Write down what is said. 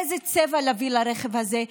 איזה צבע להביא לרכב הזה?